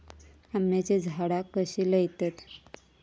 आम्याची झाडा कशी लयतत?